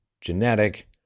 genetic